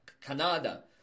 Canada